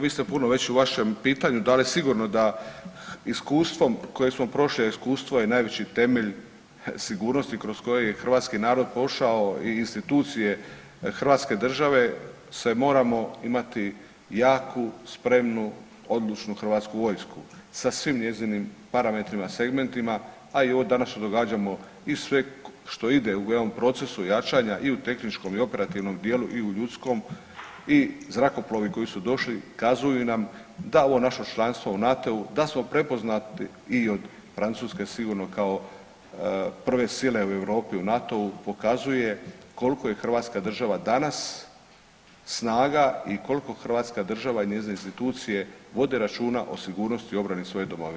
Vi ste puno već u vašem pitanju dali sigurno da iskustvom koje smo prošli, iskustvo je najveći temelj sigurnosti kroz koji je hrvatski narod prošao i institucije hrvatske države se moramo imati jaku, spremnu, odlučnu Hrvatsku vojsku, sa svim njezinim parametrima, segmentima, a i ovo danas što događamo i sve što ide u jednom procesu jačanja i u tehničkom i operativnom dijelu i u ljudskom i zrakoplovi koji su došli, kazuju nam da ovo naše članstvo u NATO-u, da smo prepoznati i od Francuske sigurno kao prve sile u Europi u NATO-u, pokazuje koliko je hrvatska država danas snaga i koliko hrvatska država i njezine institucije vode računa o sigurnosti i obrani svoje domovine.